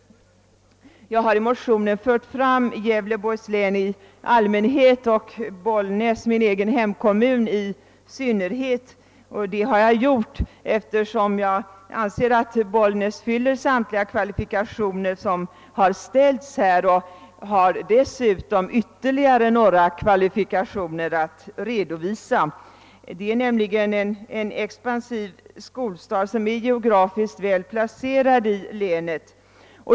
Jag har i min motion talat för Gävleborgs län i allmänhet och Bollnäs, min egen hemkommun, i synnerhet, och jag har gjort det därför att jag anser att Bollnäs fyller samtliga de uppställda kvalifikationerna och dessutom kan redovisa ytterligare några kvalifikationer. Bollnäs är en expansiv skolstad, som ligger geografiskt väl placerad i länet.